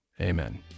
amen